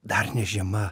dar ne žiema